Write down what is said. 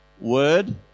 word